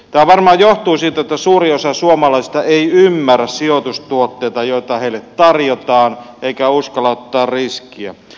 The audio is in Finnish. tämä varmaan johtuu siitä että suurin osa suomalaisista ei ymmärrä sijoitustuotteita joita heille tarjotaan eikä uskalla ottaa riskiä